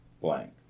blank